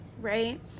right